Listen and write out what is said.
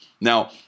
Now